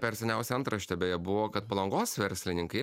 per seniausiai antraštė beje buvo kad palangos verslininkai